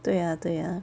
对呀对呀